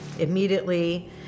Immediately